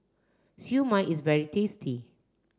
Siew Mai is very tasty